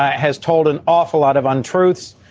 has told an awful lot of untruths.